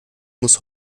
muss